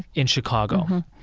in chicago,